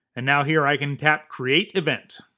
and now here i can tap create event.